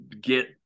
get